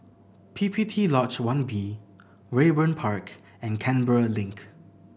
P P T Lodge One B Raeburn Park and Canberra Link